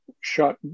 shot